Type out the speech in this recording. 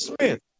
Smith